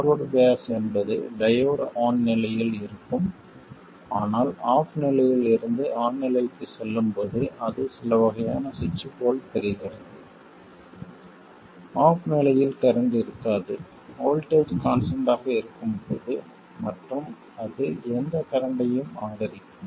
forward bias என்பது diode on நிலையில் இருக்கும் ஆனால் ஆஃப் நிலையில் இருந்து ஆன் நிலைக்கு செல்லும்போது அது சில வகையான சுவிட்ச் போல் தெரிகிறது ஆஃப் நிலையில் கரண்ட் இருக்காது வோல்ட்டேஜ் கான்ஸ்டன்ட் ஆக இருக்கும் போது மற்றும் அது எந்த கரண்ட்டையும் ஆதரிக்கும்